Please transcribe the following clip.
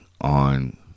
on